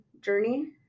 journey